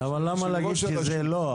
למה להגיד לא?